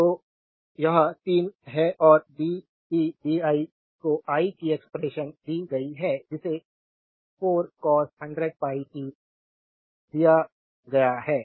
तो यह 3 है और dt di को i की एक्सप्रेशन दी गई है जिसे 4 cos 100 πt दिया गया है